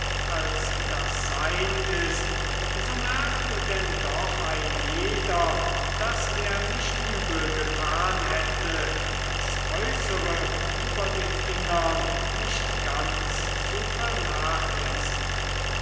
als das sein ist so merkt denn doch ein jeder daß er nicht übel getan hätte das äußere über dem innern nicht ganz zu vernachlässigen